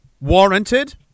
Warranted